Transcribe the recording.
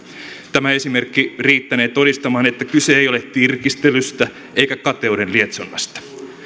tämä esimerkki riittänee todistamaan että kyse ei ole tirkistelystä eikä kateuden lietsonnasta